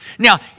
Now